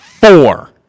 Four